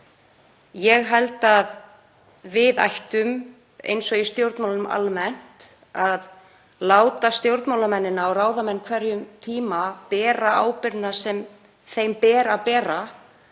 Ég held að við ættum, eins og í stjórnmálunum almennt, að láta stjórnmálamennina og ráðamenn á hverjum tíma bera ábyrgðina sem þeim ber, en